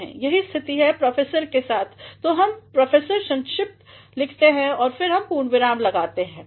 यही स्थिति है प्रोफेसर के साथ तो हम Profलिखते हैं और फिर हम पूर्ण विराम लगाते हैं